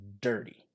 dirty